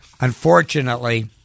Unfortunately